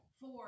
Four